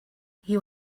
you